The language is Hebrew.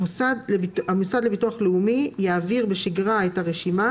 המוסד לביטוח לאומי יעביר בשגרה את הרשימה,